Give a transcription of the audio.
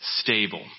stable